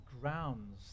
grounds